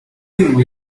ont